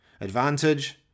Advantage